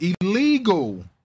illegal